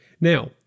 now